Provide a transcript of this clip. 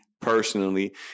personally